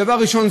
דבר ראשון,